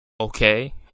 okay